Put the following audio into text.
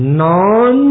non